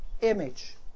image